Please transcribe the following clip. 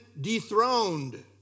dethroned